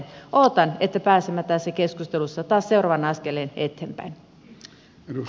odotan että pääsemme tässä keskustelussa taas seuraavan askeleen eteenpäin